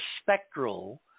spectral